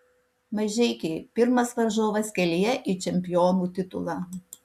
mažeikiai pirmas varžovas kelyje į čempionų titulą